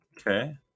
Okay